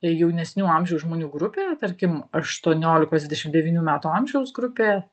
jaunesnių amžiaus žmonių grupė tarkim aštuoniolikos dvidešimt devynių metų amžiaus grupė